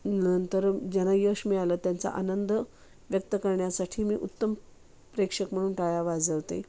नंतर ज्यांना यश मिळालं त्यांचा आनंद व्यक्त करण्यासाठी मी उत्तम प्रेक्षक म्हणून टाळ्या वाजवते